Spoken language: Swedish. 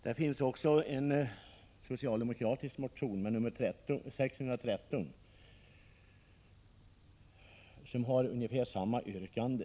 Det finns också en socialdemokratisk motion, nr 613, som har ungefär samma yrkande.